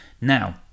now